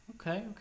Okay